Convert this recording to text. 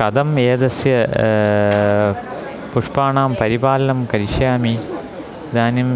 कथम् एतस्य पुष्पाणां परिपालनं करिष्यामि इदानीं